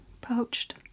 Poached